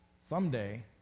Someday